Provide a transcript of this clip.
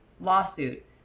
lawsuit